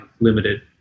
limited